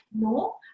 No